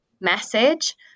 message